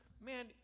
man